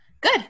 Good